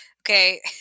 Okay